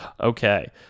Okay